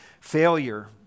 failure